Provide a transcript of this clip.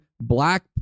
black